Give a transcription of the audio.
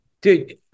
Dude